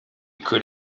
could